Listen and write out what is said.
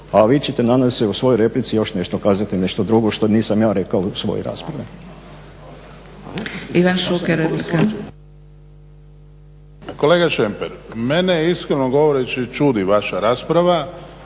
A vi ćete nadam se u svojoj replici još nešto kazati nešto drugo što nisam ja rekao u svojoj raspravi.